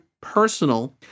personal